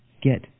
get